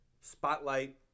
Spotlight